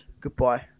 goodbye